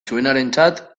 zuenarentzat